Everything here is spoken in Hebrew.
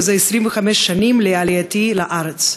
25 שנים לעלייתי לארץ.